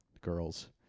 girls